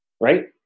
right